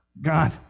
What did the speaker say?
God